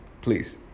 please